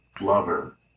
lover